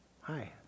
Hi